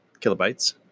kilobytes